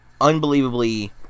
unbelievably